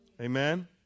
Amen